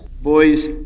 Boys